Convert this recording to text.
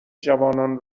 جوانان